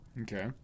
Okay